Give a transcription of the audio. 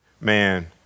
Man